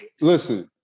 listen